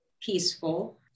peaceful